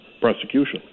prosecution